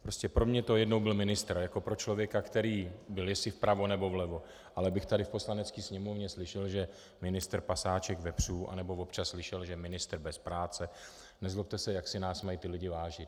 Prostě pro mě to jednou byl ministr, jako pro člověka, který byl jestli vpravo, nebo vlevo, ale abych tady v Poslanecké sněmovně slyšel, že ministr pasáček vepřů, nebo občas slyšel, že ministr bez práce, nezlobte se, jak si nás mají ti lidé vážit.